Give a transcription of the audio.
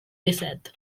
disset